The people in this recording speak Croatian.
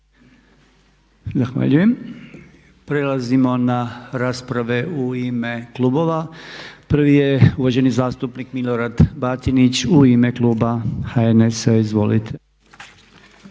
Zahvaljujem. Prelazimo na rasprave u ime klubova. Prvi je uvaženi zastupnik Milorad Batinić u ime kluba HNS-a. Izvolite.